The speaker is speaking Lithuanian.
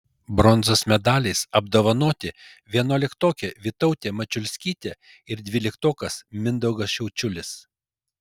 bronzos medaliais apdovanoti vienuoliktokė vytautė mačiulskytė ir dvyliktokas mindaugas šiaučiulis